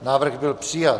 Návrh byl přijat.